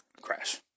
crash